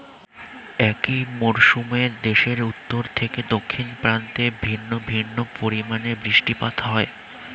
একই মরশুমে দেশের উত্তর থেকে দক্ষিণ প্রান্তে ভিন্ন ভিন্ন পরিমাণে বৃষ্টিপাত হয়